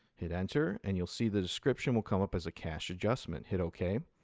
hit enter, and you'll see the description will come up as a cash adjustment. hit ok.